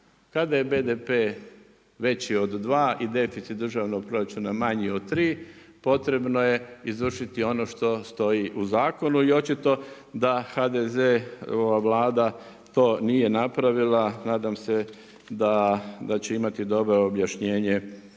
Kada je BDP veći od 2 i deficit državnog proračuna manji od 3 potrebno je izvršiti ono što stoji u zakonu i očito da HDZ-ova Vlada to nije napravila, nadam se da će imati dobro objašnjenje